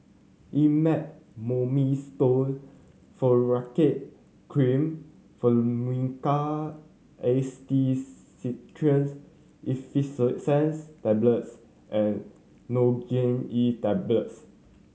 Elomet Mometasone Furoate Cream Tablets and Nurogen E Tablets